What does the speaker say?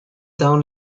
down